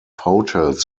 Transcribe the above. hotels